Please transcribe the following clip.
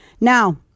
Now